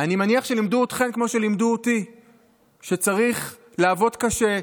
אני מניח שלימדו אתכן כמו שלימדו אותי שצריך לעבוד קשה,